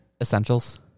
Essentials